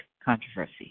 Controversy